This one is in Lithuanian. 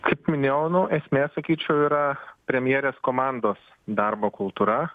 kaip minėjau nu esmė sakyčiau yra premjerės komandos darbo kultūra